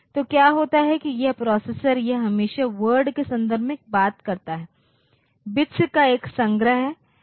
तो क्या होता है कि यह प्रोसेसर यह हमेशा वर्ड के संदर्भ में बात करता है बिट्स का एक संग्रह है